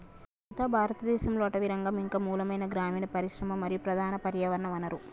సీత భారతదేసంలో అటవీరంగం ఇంక మూలమైన గ్రామీన పరిశ్రమ మరియు ప్రధాన పర్యావరణ వనరు